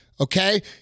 Okay